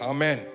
Amen